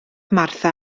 martha